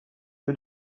peu